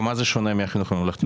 במה זה שונה מהחינוך הממלכתי?